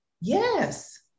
Yes